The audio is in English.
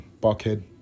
Buckhead